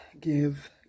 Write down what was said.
give